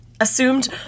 assumed